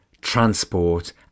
transport